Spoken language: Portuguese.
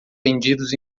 vendidos